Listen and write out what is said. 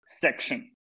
section